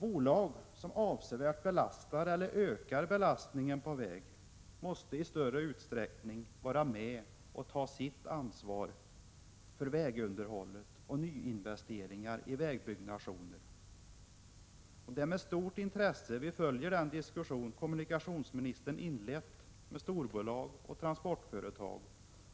Bolag som avsevärt belastar eller avsevärt ökar belastningen på väg måste i större utsträckning vara med och ta sitt ansvar för vägunderhållet och nyinvesteringar i vägbyggnationer. Det är med stort intresse vi följer den diskussion som kommunikationsmi nistern inlett med storbolag och transportföretag